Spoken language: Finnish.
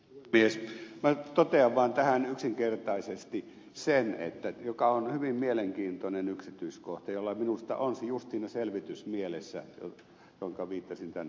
minä totean vaan tähän yksinkertaisesti sen asian joka on hyvin mielenkiintoinen yksityiskohta minusta just siinä selvitysmielessä johonka viittasin tämän ed